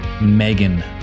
Megan